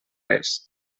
res